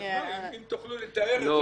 אם תוכלו לתאר את זה,